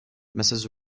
mrs